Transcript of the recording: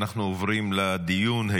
אנחנו עוברים לדיון,